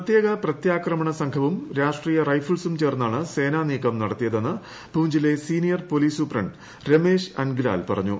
പ്രത്യേക പ്രത്യാക്രമണ സംഘവും രാഷ്ട്രീയ രൈഷ്ടിൾസും ചേർന്നാണ് സേനാ നീക്കം നടത്തിയതെന്ന് പൂഞ്ചിലെ senior police superintendent Ramesh Angral പറഞ്ഞു